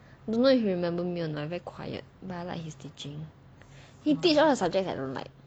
don't know if he remember me or not I'm very quiet but I like his teaching he teach all the subjects I don't like